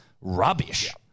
rubbish